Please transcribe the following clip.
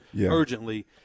urgently